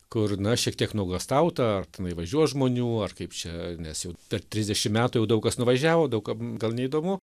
kur na šiek tiek nuogąstauta ar tenai važiuos žmonių ar kaip čia nes jau per trisdešim metų jau daug kas nuvažiavo daug kam gal neįdomu